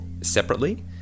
separately